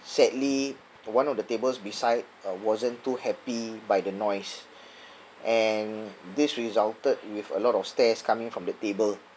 sadly one of the tables beside uh wasn't too happy by the noise and this resulted with a lot of stares coming from that table